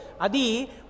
Adi